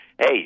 hey